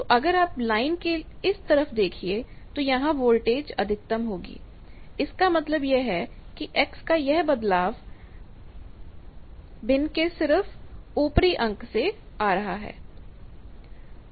तो अगर आप लाइन के इस तरफ देखिए तो यहां वोल्टेज अधिकतम होगी इसका मतलब यह है कि x का यह बदलाव भिन्न के सिर्फ ऊपरी अंक से आ रहा है